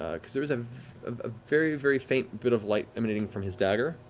ah because there is a ah very, very faint bit of light emanating from his dagger,